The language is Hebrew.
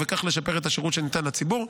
וכך לשפר את השירות שניתן לציבור.